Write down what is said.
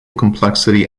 complexity